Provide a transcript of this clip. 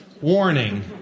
warning